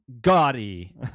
gaudy